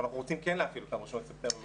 אנחנו רוצים להפעיל אותן ב-1 בספטמבר,